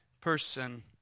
person